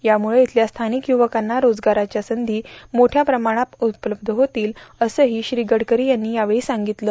यामुळं इथल्या स्थानिक युवकांना रोजगाराच्या संधी मोठ्या प्रमाणात उपलब्ध होतील असंही श्री गडकरी यांनी यावेळी सांगितलं